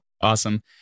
Awesome